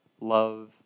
love